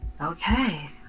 Okay